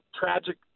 tragic